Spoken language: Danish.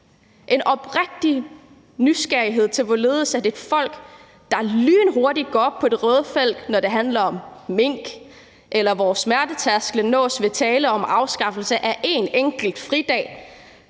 en oprigtig nysgerrighed om, hvorledes et folk, der lynhurtigt går op i det røde felt, når det handler om mink, eller hvis smertetærskel nås ved tale om afskaffelse af en enkelt fridag,